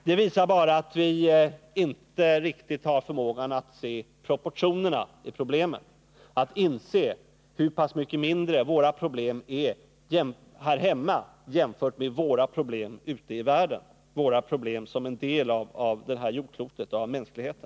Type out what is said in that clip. Det visar bara att vi inte riktigt har förmåga att se proportionerna på problemen eller att inse hur pass mycket mindre problemen är här hemma än våra problem ute i världen — de problem som vi har som en del av mänskligheten på det här jordklotet.